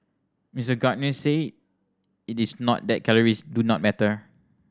Mister Gardner said it is not that calories do not matter